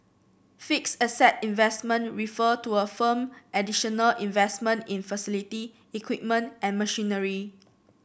fixed asset investment refer to a firm additional investment in facility equipment and machinery